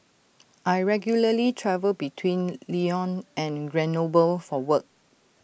I regularly travel between Lyon and Grenoble for work